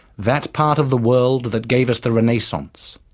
that part of the world that gave us the renaissance,